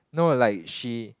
no like she